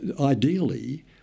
ideally